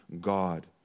God